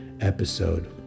episode